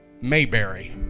Mayberry